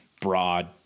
broad